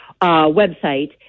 website